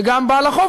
וגם בעל החוב,